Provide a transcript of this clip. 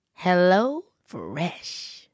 HelloFresh